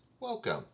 welcome